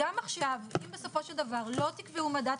וגם למנהלי המחלקות הפנימיות,